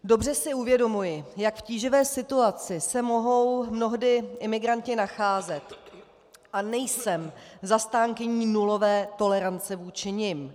Dobře si uvědomuji, v jak tíživé situaci se mohou mnohdy imigranti nacházet, a nejsem zastánkyní nulové tolerance vůči nim.